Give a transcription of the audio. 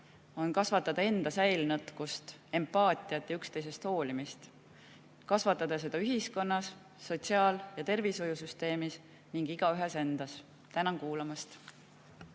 on kasvatada enda säilenõtkust, empaatiat ja üksteisest hoolimist, kasvatada seda ühiskonnas, sotsiaal‑ ja tervishoiusüsteemis ning igaühes endas. Tänan kuulamast!